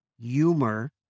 humor